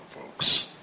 folks